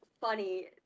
funny